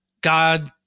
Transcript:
God